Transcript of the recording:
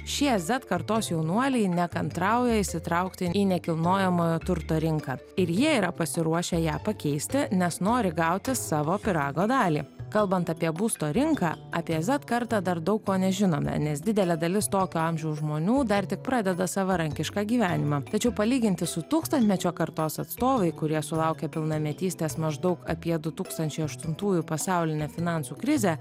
šie zet kartos jaunuoliai nekantrauja įsitraukti į nekilnojamojo turto rinką ir jie yra pasiruošę ją pakeisti nes nori gauti savo pyrago dalį kalbant apie būsto rinką apie zet kartą dar daug ko nežinome nes didelė dalis tokio amžiaus žmonių dar tik pradeda savarankišką gyvenimą tačiau palyginti su tūkstantmečio kartos atstovai kurie sulaukė pilnametystės maždaug apie du tūkstančiai aštuntųjų pasaulinę finansų krizę